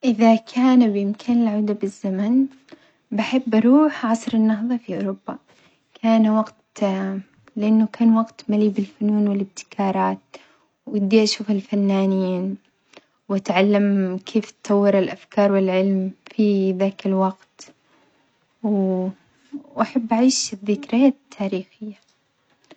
إذا كان بإمكاني العودة بالزمن بحب أروح عصر النهظة في أوروبا، كان وقت لأنه كان وقا مليء بالفنون والابتكارات ودي أشوف الفنايين وأتعلم كيف اتطور الأفكار والعلم في ذاك الوقت وأحب أعيش ذكريات تاريخية.